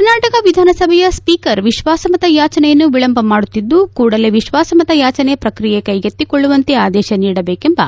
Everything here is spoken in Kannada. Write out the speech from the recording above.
ಕರ್ನಾಟಕ ವಿಧಾನಸಭೆಯ ಸ್ವೀಕರ್ ವಿಶ್ವಾಸಮತ ಯಾಚನೆಯನ್ನು ವಿಳಂಬ ಮಾಡುತ್ತಿದ್ದು ಕೂಡಲೇ ವಿಶ್ವಾಸಮತ ಯಾಚನೆ ಪ್ರಕ್ರಿಯೆ ಕೈಗೆತ್ತಿಕೊಳ್ಳುವಂತೆ ಆದೇಶ ನೀಡಬೇಕೆಂಬ